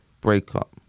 breakup